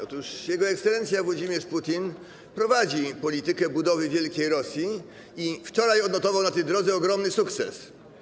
Otóż jego ekscelencja Włodzimierz Putin prowadzi politykę budowy wielkiej Rosji i wczoraj odnotował na tej drodze ogromny sukces.